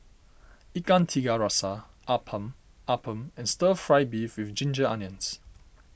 Ikan Tiga Rasa Appam Appam and Stir Fry Beef with Ginger Onions